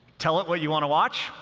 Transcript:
tell it what you want to watch.